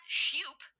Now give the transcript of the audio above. shoop